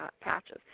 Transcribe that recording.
patches